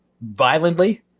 violently